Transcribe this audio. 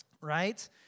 right